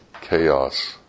chaos